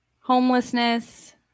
Homelessness